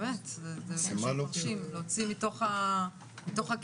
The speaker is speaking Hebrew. זה באמת מרשים להוציא מתוך הכאב.